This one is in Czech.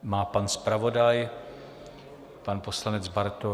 Má pan zpravodaj, pan poslanec Bartoň.